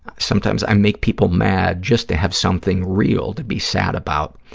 sometimes i make people mad just to have something real to be sad about.